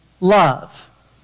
love